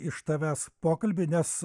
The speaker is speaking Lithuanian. iš tavęs pokalbį nes